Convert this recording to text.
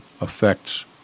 affects